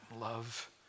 love